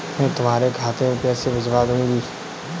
मैं तुम्हारे खाते में पैसे भिजवा दूँगी